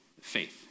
Faith